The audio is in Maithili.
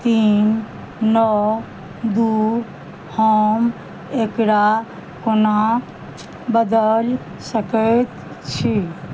तीन नओ दू हम एकरा कोना बदलि सकैत छी